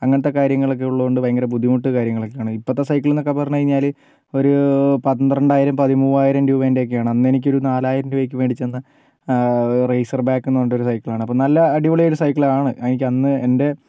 അങ്ങനത്തേ കാര്യങ്ങളൊക്കെയുള്ളത് കൊണ്ട് ഭയങ്കര ബുദ്ധിമുട്ട് കാര്യങ്ങളൊക്കെയാണ് ഇപ്പഴത്തേ സൈക്കിൾ എന്നൊക്കേ പറഞ്ഞുകഴിഞ്ഞാല് ഒരു പന്ത്രണ്ടായിരം പതിമൂവായിരം രൂപേൻറ്റെയൊക്കെയാണ് അന്നെനിക്കൊരു നാലായിരം രൂപയ്ക്ക് മേടിച്ച് തന്ന ആ റേസർബാക്ക് എന്ന് പറഞ്ഞിട്ടൊരു സൈക്കിളാണ് അപ്പം നല്ല അടിപൊളിയൊരു സൈക്കിളാണ് അത് എനിക്ക് അന്ന് എൻറ്റെ